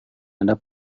ada